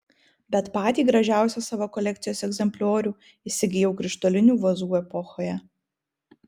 bet patį gražiausią savo kolekcijos egzempliorių įsigijau krištolinių vazų epochoje